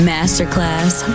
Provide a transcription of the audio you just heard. Masterclass